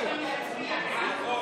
אין בעיה.